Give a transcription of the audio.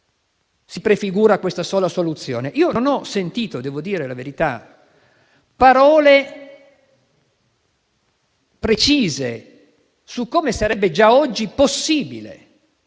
si prefigura questa sola soluzione? Non ho sentito - devo dire la verità - parole precise su come sarebbe già oggi possibile